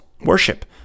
worship